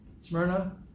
Smyrna